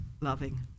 loving